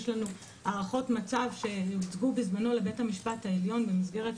יש לנו הערכות מצב שהוצגו בזמנו לבית המשפט העליון במסגרת